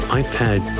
iPad